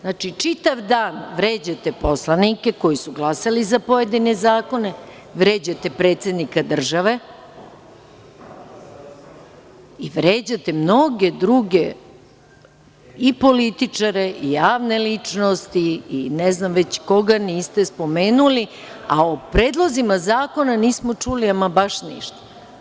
Znači, čitav dan vređate poslanike koji su glasali za pojedine zakone, vređate predsednika države i vređate mnoge druge političare i javne ličnosti i ne znam već koga niste spomenuli, a o predlozima zakona nismo čuli ama baš ništa.